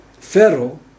Pharaoh